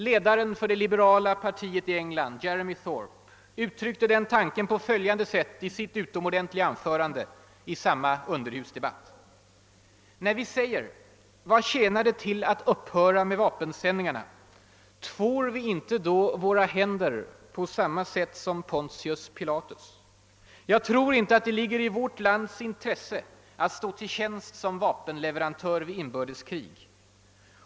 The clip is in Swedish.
Ledaren för det liberala partiet i England Jeremy Thorpe uttryckte den tanken på följande sätt i sitt utomordentliga anförande i samma underhusdebatt: När vi frågar: »Vad tjänar det till att upphöra med vapensändningarna — tvår vi inte då våra händer på samma sätt som Pontius Pilatus?» Jag tror inte att det ligger i vårt lands intresse att stå till tjänst som vapenleverantör vid inbördeskrig.